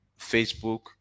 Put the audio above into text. Facebook